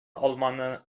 алманы